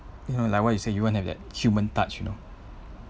you know like what you say you won't have that human touch you know